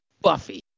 Buffy